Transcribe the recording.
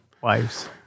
Wives